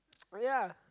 ya